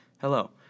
Hello